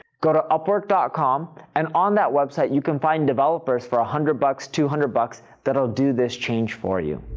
go to upwork dot com and on that website, you can find developers for one hundred bucks, two hundred bucks, that'll do this change for you.